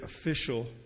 official